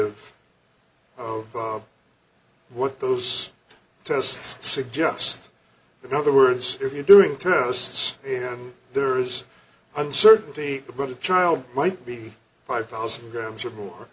of what those tests suggest the other words if you're doing tests and there is uncertainty about a child might be five thousand grams or more